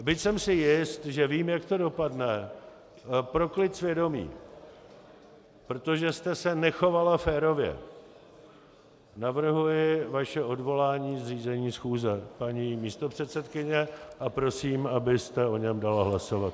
Byť jsem si jist, že vím, jak to dopadne, pro klid svědomí, protože jste se nechovala férově, navrhuji vaše odvolání z řízení schůze, paní místopředsedkyně, a prosím, abyste o něm dala hlasovat.